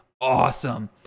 awesome